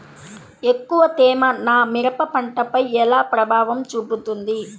ఎక్కువ తేమ నా మిరప పంటపై ఎలా ప్రభావం చూపుతుంది?